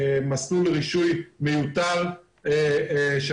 במקום "רשות הרישוי תיתן למבקש היתר מזורז א' לפי טופס 7